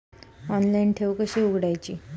Online ठेव कशी उघडायची?